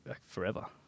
forever